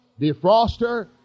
defroster